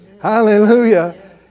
Hallelujah